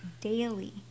daily